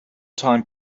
time